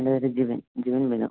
എൻ്റെ പേര് ജിബിൻ ജിബിൻ ബിനു